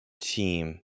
team